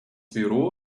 büro